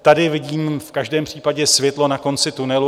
Tady vidím v každém případě světlo na konci tunelu.